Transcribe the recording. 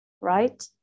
right